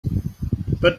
but